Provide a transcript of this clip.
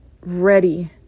ready